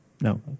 No